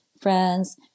friends